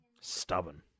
Stubborn